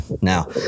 Now